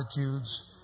attitudes